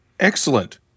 Excellent